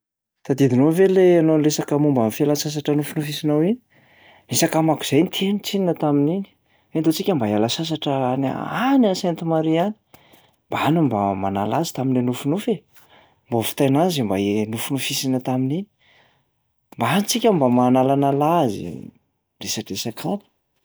Tadidinao ve lay ianao niresaka momba ny fialan-tsasatra nofinofisinao iny? Nisy akamako zay niteny tsinona tamin'iny hoe ndao isika mba hiala sasatra any a- any am'Sainte Marie any. Mba no mba manala azy tam'lay nofinofy e, mba ho vitaina any zay mba e- nofinofisina tamin'iny. Mba any tsika mba manalanala azy, miresadresaka any.